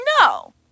no